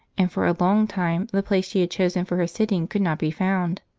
and for a long time the place she had chosen for her sitting could not be found.